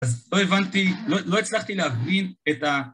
אז לא הבנתי, לא הצלחתי להבין את ה...